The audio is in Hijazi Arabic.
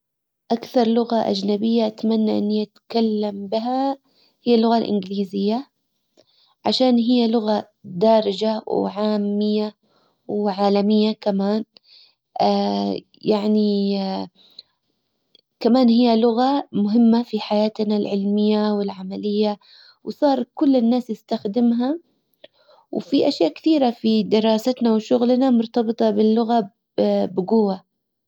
اكثر لغة اجنبية اتمنى اني اتكلم بها هي اللغة الانجليزية. عشان هي لغة دارچة وعاميةوعالمية كمان. يعني كمان هي لغة مهمة في حياتنا العلمية والعملية وصار كل الناس يستخدمها. وفي اشياء كثيرة في دراستنا وشغلنا مرتبطة باللغة بجوة